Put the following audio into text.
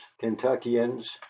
Kentuckians